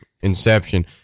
Inception